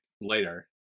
later